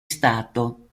stato